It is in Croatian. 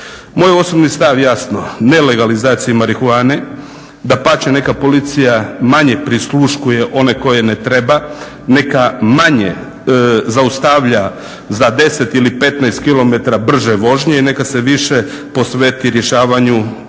Moj osobni stav jasno, ne legalizaciji marihuane, dapače neka policija manje prisluškuje one koje ne treba, neka manje zaustavlja za 10 ili 15 km brže vožnje i neka se više posveti rješavanju tih